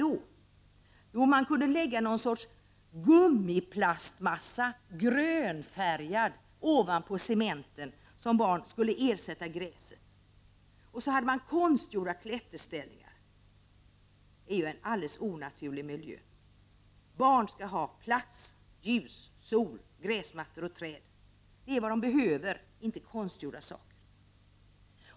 Jo, man kunde lägga någon sorts grönfärgad plastgummimassa ovanpå cementen för att ersätta gräset. Och så hade man konstgjorda klätterställningar. Detta är ju en alldeles onaturlig miljö! Barn skall ha plats, ljus och sol, gräsmattor och träd. Det är vad barnen behöver, inte konstgjorda saker!